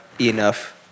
enough